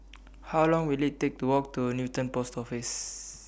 How Long Will IT Take to Walk to Newton Post Office